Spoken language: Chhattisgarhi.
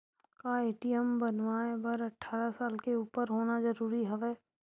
का ए.टी.एम बनवाय बर अट्ठारह साल के उपर होना जरूरी हवय?